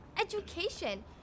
education